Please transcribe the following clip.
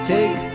Take